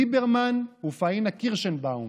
ליברמן ופאינה קירשנבאום,